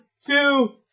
two